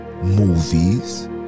movies